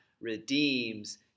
redeems